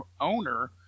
owner